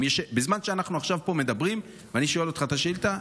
בזמן שאנחנו עכשיו פה מדברים ואני שואל אותך את השאילתה,